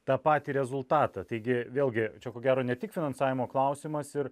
tą patį rezultatą taigi vėlgi čia ko gero ne tik finansavimo klausimas ir